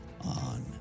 on